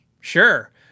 Sure